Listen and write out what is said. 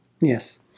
Yes